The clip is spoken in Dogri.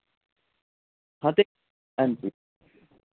हां ते हां जी